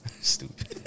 Stupid